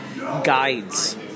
guides